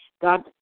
God